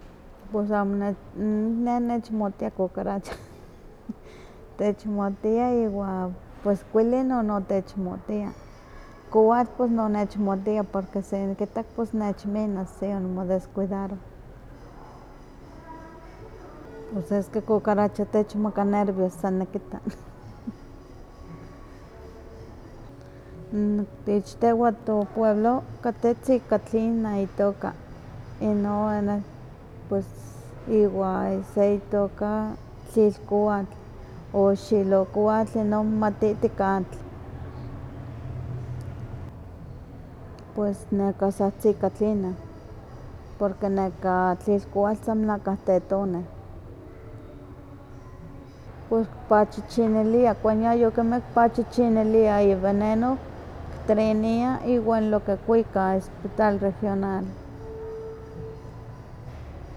Pues amo ne ne nechmotia cucaracha techmohtia iwa pues kuilin nono techmotia, kowatl pos nonechmotia porque se nikitan nech minas si onimodescuidaroh, pus es que cucarachas san techmaka nervios nikitta n ich tehwa topueblo, kateh tzikatlina itooka, ino pues iwa se itooka tlilkowatl, o xilowokatl inon matiti katl, pues neka sa tzikatlina porque neka tlilkowatl san melahka tetoneh. Pus kpachichiniliah, kpachichiniliah iveneno ktrinia iwan lo ke kuika hospital regional.